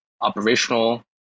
operational